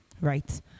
right